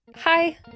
hi